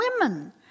women